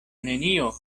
nenio